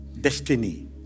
Destiny